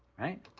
right,